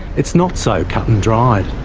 it's not so cut and dried.